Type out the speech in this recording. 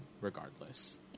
regardless